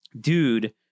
dude